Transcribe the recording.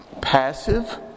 passive